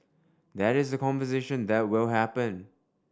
that is the conversation that will happen